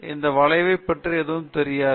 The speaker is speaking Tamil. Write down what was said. அதாவது இந்த வளைவைப் பற்றி எதுவும் தெரியாது